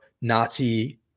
Nazi